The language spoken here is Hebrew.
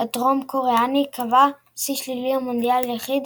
הדרום קוריאני קבע שיא שלילי למונדיאל יחיד,